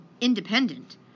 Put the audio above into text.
independent